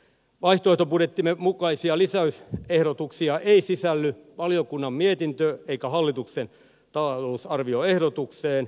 vaihtoehtobudjettimme mukaisia lisäysehdotuksia ei sisälly valiokunnan mietintöön eikä hallituksen talousarvioehdotukseen